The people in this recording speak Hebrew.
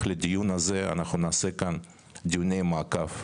לדיון הזה אנחנו נעשה כאן דיוני מעקב,